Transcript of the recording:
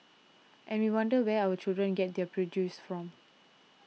and we wonder where our children get their prejudices from